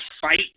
fight